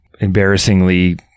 embarrassingly